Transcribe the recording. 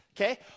okay